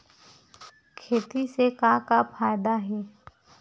खेती से का का फ़ायदा हे?